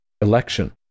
election